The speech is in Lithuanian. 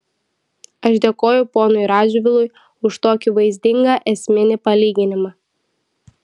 aš dėkoju ponui radžvilui už tokį vaizdingą esminį palyginimą